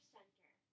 Center